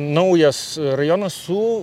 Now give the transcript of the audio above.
naujas rajonas su